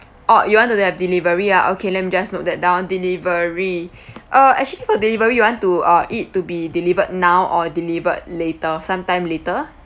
oh you want to have delivery ah okay let me just note that down delivery uh actually for delivery you want to uh it to be delivered now or delivered later sometime later